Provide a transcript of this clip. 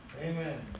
amen